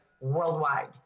worldwide